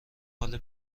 حال